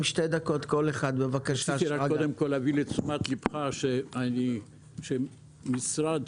רציתי להביא לתשומת ליבך, משרד